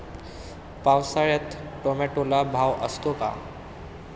पावसाळ्यात टोमॅटोला भाव असतो का?